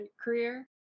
career